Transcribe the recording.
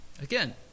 Again